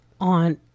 on